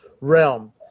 realm